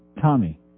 Tommy